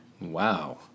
Wow